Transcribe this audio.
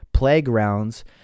playgrounds